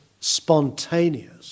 spontaneous